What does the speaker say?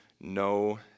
no